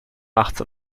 nachts